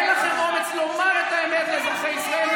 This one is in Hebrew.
אין לכם אומץ לומר את האמת לאזרחי ישראל.